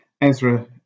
Ezra